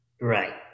Right